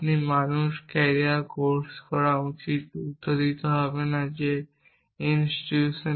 আপনি মানুষ career course করা উচিত উত্তর দিতে হবে না intuition কি বলে